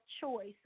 Choice